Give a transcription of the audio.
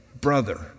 brother